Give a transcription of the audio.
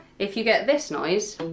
if you get this noise,